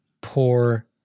poor